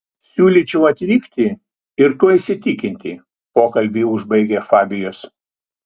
siūlyčiau atvykti ir tuo įsitikinti pokalbį užbaigė fabijus